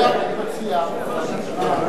אני מציע,